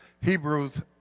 Hebrews